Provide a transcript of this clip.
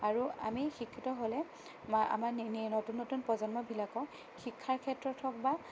আৰু আমি শিক্ষিত হ'লে আমাৰ নতুন নতুন প্ৰজন্মবিলাকক শিক্ষাৰ ক্ষেত্ৰত হওঁক বা